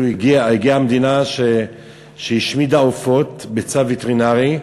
הגיעה המדינה והשמידה עופות בצו וטרינרי,